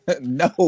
No